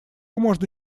можно